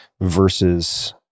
versus